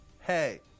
Hey